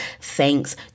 thanks